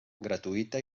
gratuïta